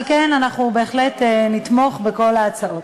על כן, אנחנו בהחלט נתמוך בכל ההצעות.